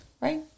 right